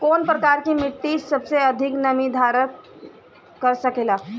कौन प्रकार की मिट्टी सबसे अधिक नमी धारण कर सकेला?